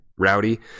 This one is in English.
rowdy